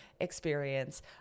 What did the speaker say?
experience